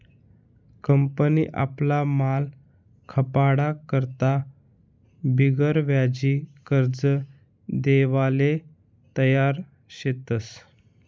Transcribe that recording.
company आपला माल खपाडा करता बिगरव्याजी कर्ज देवाले तयार शेतस